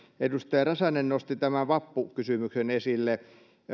edustaja räsänen nosti tämän vappukysymyksen esille